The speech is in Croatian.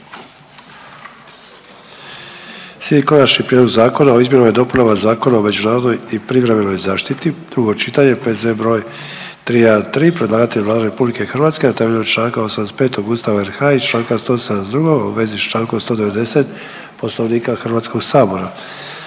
- Konačni prijedlog Zakona o izmjenama i dopunama Zakona o međunarodnoj i privremenoj zaštiti, drugo čitanje, P.Z.E broj 313 Predlagatelj je Vlada RH na temelju Članka 85. Ustava RH i Članka 172. u vezi s Člankom 190. Poslovnika Hrvatskog sabora.